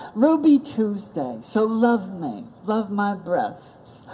ruby tuesday. so love me, love my breasts,